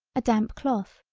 a damp cloth,